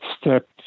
step